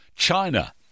China